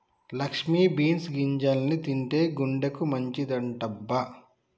Lakshmi beans గింజల్ని తింటే గుండెకి మంచిదంటబ్బ